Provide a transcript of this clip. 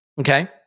okay